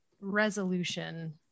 resolution